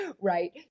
right